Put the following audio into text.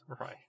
Right